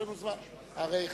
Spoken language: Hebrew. הרי,